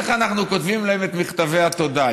איך אנחנו כותבים להם את מכתבי התודה,